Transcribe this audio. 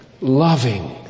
loving